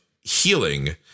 healing